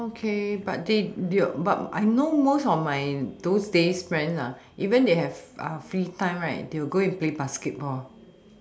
okay but they but I know most of my those day friend even they have free time right they'll go and play basketball